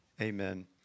amen